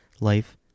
life